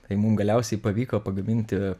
tai mum galiausiai pavyko pagaminti